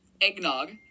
eggnog